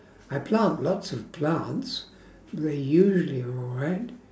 I plant lots of plants they usually are alright